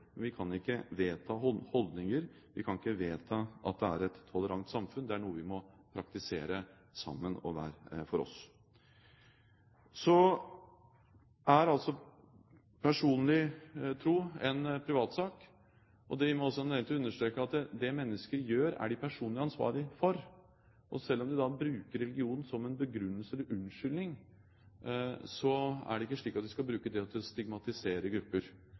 men vi kan ikke vedta holdninger, vi kan ikke vedta et tolerant samfunn; det er noe vi må praktisere sammen og hver for oss. Personlig tro er en privatsak, og det gir meg en anledning til å understreke at det mennesker gjør, er de personlig ansvarlig for. Selv om de bruker religionen som en begrunnelse eller en unnskyldning, er det ikke slik at de skal bruke det til å stigmatisere grupper.